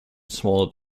smaller